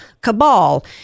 cabal